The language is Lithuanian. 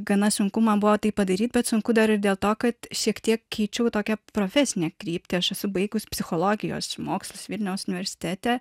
gana sunku man buvo tai padaryt bet sunku dar ir dėl to kad šiek tiek keičiau tokią profesinę kryptį aš esu baigus psichologijos mokslus vilniaus universitete